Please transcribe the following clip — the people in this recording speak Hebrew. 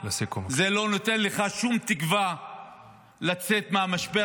זה לא נותן לך שום תקווה לצאת מהמשבר